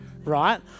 right